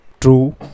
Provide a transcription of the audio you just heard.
true